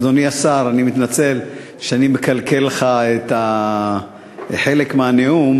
אדוני השר, אני מתנצל שאני מקלקל לך חלק מהנאום,